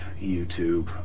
YouTube